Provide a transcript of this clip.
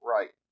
Right